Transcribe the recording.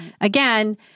again